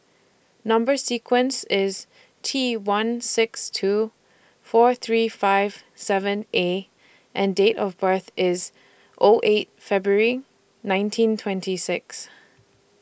Number sequence IS T one six two four three five seven A and Date of birth IS O eight February nineteen twenty six